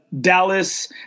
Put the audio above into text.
Dallas